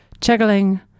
juggling